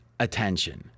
Attention